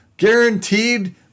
guaranteed